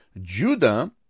Judah